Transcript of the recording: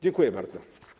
Dziękuję bardzo.